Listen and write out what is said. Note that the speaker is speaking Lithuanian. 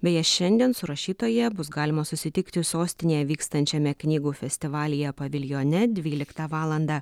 beje šiandien su rašytoja bus galima susitikti sostinėje vykstančiame knygų festivalyje paviljone dvyliktą valandą